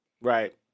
right